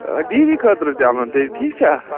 دِیٖدی خٲطرٕ تہِ اَنو تیٚلہِ ٹھیٖک چھا